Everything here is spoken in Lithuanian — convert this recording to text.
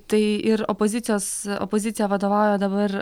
tai ir opozicijos opozicija vadovauja dabar